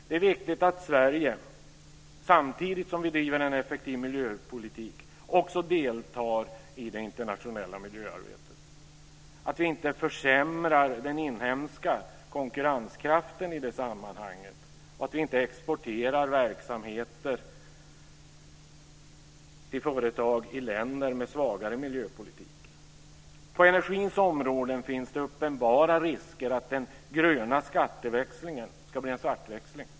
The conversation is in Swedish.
Det är viktigt att Sverige, samtidigt som vi driver en effektiv miljöpolitik, också deltar i det internationella miljöarbetet, att vi inte försämrar den inhemska konkurrenskraften i det sammanhanget och att vi inte exporterar verksamheter till företag i länder med svagare miljöpolitik. På energins område finns det uppenbara risker att den gröna skatteväxlingen ska bli en svartväxling.